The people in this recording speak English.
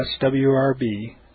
swrb